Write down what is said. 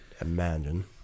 imagine